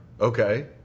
Okay